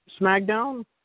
SmackDown